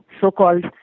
so-called